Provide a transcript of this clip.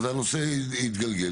אז הנושא התגלגל.